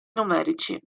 numerici